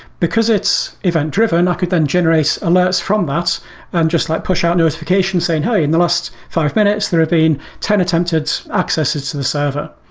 because it's event-driven, i could then generate alerts from that and just let push out notifications saying, hey, in the last five minutes there have been ten attempted accesses to the server.